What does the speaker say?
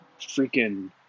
freaking